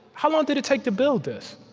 how long did it take to build this?